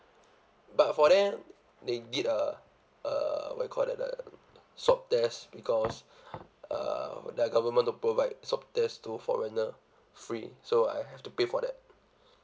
but for then they did a a what you call that the swab test because uh their government don't provide swab test to foreigner free so I have to pay for that